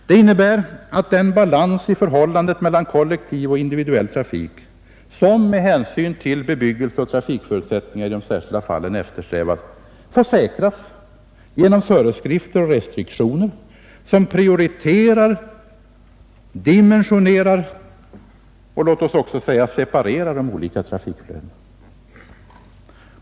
Det innebär att den balans i förhållandet mellan kollektiv och individuell trafik som med hänsyn till bebyggelseoch trafikförutsättningar i de särskilda fallen eftersträvas får säkras genom föreskrifter och restriktioner som prioriterar, dimensionerar och låt oss också säga separerar de olika trafikflödena.